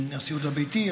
הסיעוד הביתי,